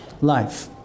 Life